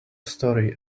story